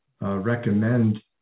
recommend